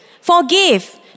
Forgive